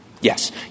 Yes